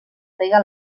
frega